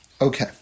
Okay